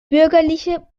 bürgerliche